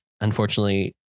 unfortunately